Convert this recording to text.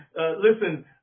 listen